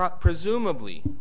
Presumably